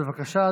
בבקשה,